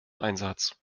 einsatz